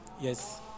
Yes